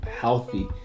healthy